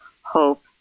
hope